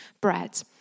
bread